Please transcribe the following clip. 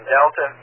Delta